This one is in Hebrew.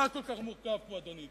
מה כל כך מורכב פה, אדוני?